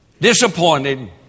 Disappointed